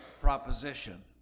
proposition